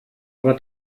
aber